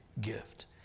gift